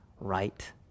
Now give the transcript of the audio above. right